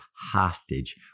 hostage